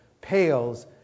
pales